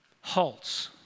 halts